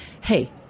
hey